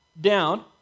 down